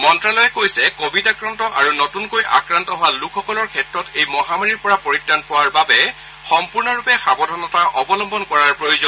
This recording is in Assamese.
মন্তালয়ে কৈছে কডিড আক্ৰান্ত আৰু নতুনকৈ আক্ৰান্ত হোৱা লোকসকলৰ ক্ষেত্ৰত এই মহামাৰীৰ পৰা পৰিত্ৰাণ পোৱাৰ বাবে সম্পূৰ্ণৰূপে সাৱধানতা অৱলম্বন কৰাৰ প্ৰয়োজন